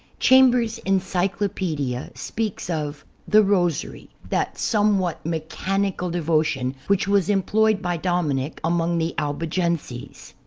chambers's encyclopedia speaks of the rosary, that somewhat mechanical devotion, which was employed by dominic among the albigenses.